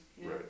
right